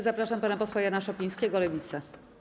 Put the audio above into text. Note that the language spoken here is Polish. Zapraszam pana posła Jana Szopińskiego, Lewica.